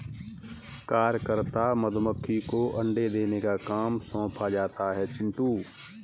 कार्यकर्ता मधुमक्खी को अंडे देने का काम सौंपा जाता है चिंटू